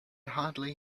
hardly